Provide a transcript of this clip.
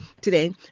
today